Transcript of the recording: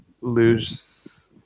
lose